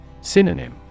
Synonym